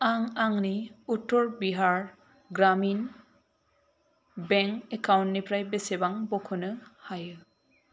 आं आंनि उत्तर बिहार ग्रामिन बेंक एकाउन्टनिफ्राय बेसेबां बख'नो हायो